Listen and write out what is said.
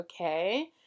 okay